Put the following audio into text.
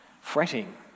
fretting